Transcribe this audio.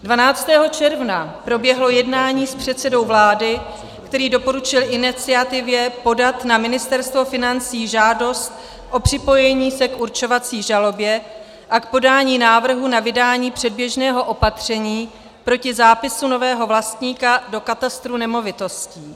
12. června proběhlo jednání s předsedou vlády, který doporučil iniciativě podat na Ministerstvo financí žádost o připojení se k určovací žalobě a k podání návrhu na vydání předběžného opatření proti zápisu nového vlastníka do katastru nemovitostí.